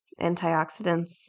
antioxidants